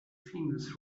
famous